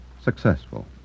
successful